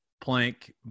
Plank